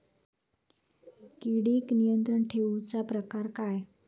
किडिक नियंत्रण ठेवुचा प्रकार काय?